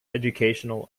educational